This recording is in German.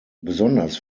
besonders